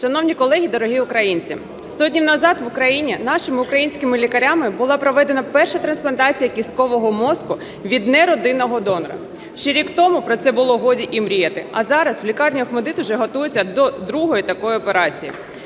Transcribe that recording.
Шановні колеги, дорогі українці! Сто днів назад в Україні нашими українськими лікарями була проведена перша трансплантація кісткового мозку від неродинного донора. Ще рік тому про це було годі і мріяти, а зараз в лікарні "ОХМАТДИТ" вже готуються до другої такої операції.